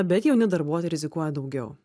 bet jauni darbuotojai rizikuoja daugiau